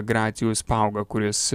gracijus pauga kuris